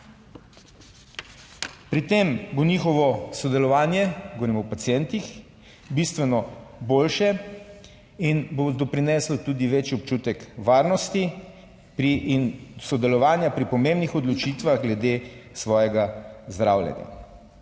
Pri tem bo njihovo sodelovanje, govorimo o pacientih, bistveno boljše in bo doprineslo tudi večji občutek varnosti in sodelovanja pri pomembnih odločitvah glede svojega zdravljenja.